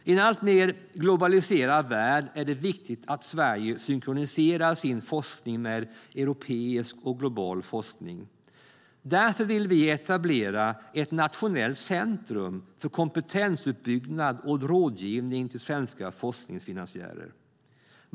I en alltmer globaliserad värld är det viktigt att Sverige synkroniserar sin forskning med europeisk och global forskning. Därför vill vi etablera ett nationellt centrum för kompetensuppbyggnad och rådgivning till svenska forskningsfinansiärer.